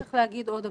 צריך להגיד עוד דבר,